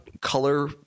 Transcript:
Color